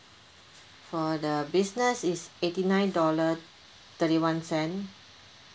for the business is eighty nine dollar thirty one cent